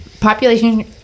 population